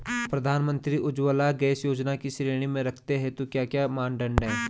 प्रधानमंत्री उज्जवला गैस योजना की श्रेणी में रखने हेतु क्या क्या मानदंड है?